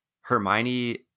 Hermione